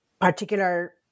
particular